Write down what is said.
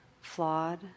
flawed